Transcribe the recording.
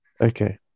Okay